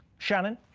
shannon?